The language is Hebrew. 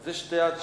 אלה שני השלבים.